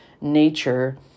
nature